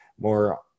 more